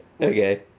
Okay